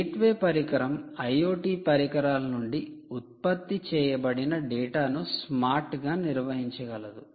gateway పరికరం IoT పరికరాల నుండి ఉత్పత్తి చేయబడిన డేటాను స్మార్ట్ గా నిర్వహించగలదు